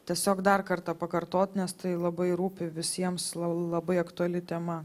tiesiog dar kartą pakartot nes tai labai rūpi visiems labai aktuali tema